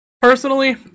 personally